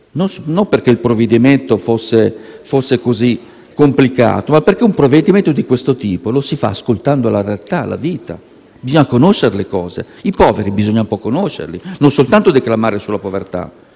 non perché il provvedimento fosse così complicato, ma perché un provvedimento di questo tipo lo si fa ascoltando la realtà e la vita. Bisogna conoscere le cose: i poveri bisogna un po' conoscerli e non si può soltanto declamare sulla povertà.